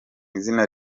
izina